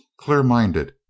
clear-minded